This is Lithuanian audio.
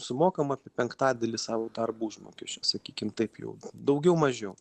sumokam apie penktadalį savo darbo užmokesčio sakykim taip jau daugiau mažiau